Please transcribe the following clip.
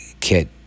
Kid